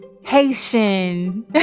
Haitian